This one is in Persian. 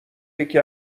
یکی